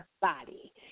body